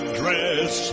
dress